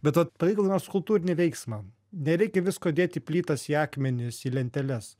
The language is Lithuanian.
bet vat padaryt kokį nors kultūrinį veiksmą nereikia visko dėt į plytas į akmenis į lenteles